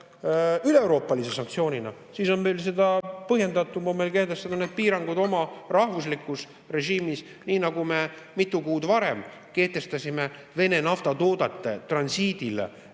üleeuroopalise sanktsioonina, siis on meil seda põhjendatum kehtestada need piirangud oma rahvuslikus režiimis, nii nagu me mitu kuud varem kehtestasime Vene naftatoodete transiidile